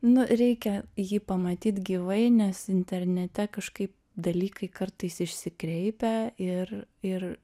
nu reikia jį pamatyt gyvai nes internete kažkaip dalykai kartais išsikreipia ir ir